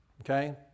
Okay